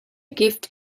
gift